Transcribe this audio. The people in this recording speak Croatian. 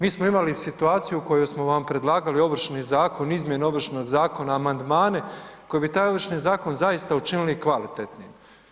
Mi smo imali situaciju u kojoj smo vam predlagali Ovršni zakon, izmjene Ovršnog zakona, amandmane koji bi taj Ovršni zakon zaista učinili kvalitetnim.